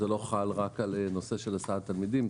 זה לא חל רק על הסעת תלמידים,